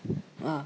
mm